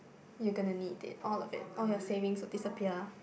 you gonna need it all of it all your savings will disappear